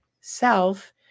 self